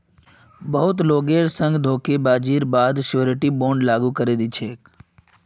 बहुत लोगेर संग धोखेबाजीर बा द श्योरटी बोंडक लागू करे दी छेक